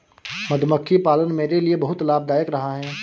मधुमक्खी पालन मेरे लिए बहुत लाभदायक रहा है